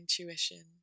intuition